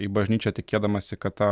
į bažnyčią tikėdamiesi kad ta